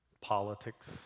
politics